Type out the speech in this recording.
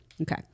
okay